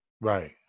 Right